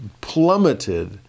plummeted